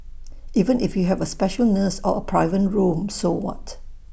even if you have A special nurse or A private room so what